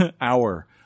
hour